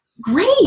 great